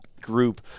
group